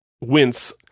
wince